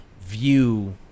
View